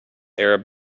arab